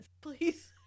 Please